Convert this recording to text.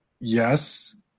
yes